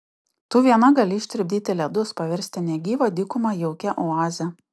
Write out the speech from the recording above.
tu viena gali ištirpdyti ledus paversti negyvą dykumą jaukia oaze